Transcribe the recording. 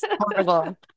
Horrible